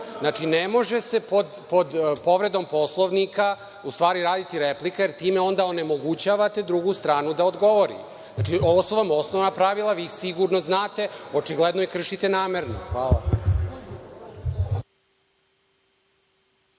Znači, ne može se pod povredom Poslovnika u stvari raditi replika, jer time onda onemogućavate drugoj strani da dogovori. Ovo su vam osnovna pravila, vi ih sigurno znate, očigledno ih kršite namerno. Hvala.